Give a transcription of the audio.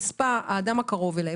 נספה האדם הקרוב אליהם,